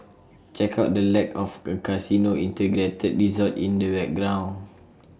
check out the lack of A casino integrated resort in the background